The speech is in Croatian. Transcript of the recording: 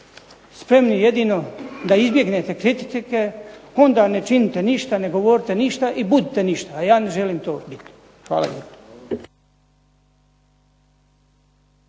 spremni jedino da izbjegnete kritike onda ne činite ništa, ne govorite ništa i budite ništa. A ja ne želim to biti. Hvala